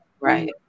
Right